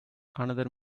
another